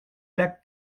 lacs